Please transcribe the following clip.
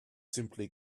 simply